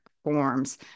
forms